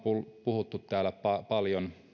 puhuttu täällä paljon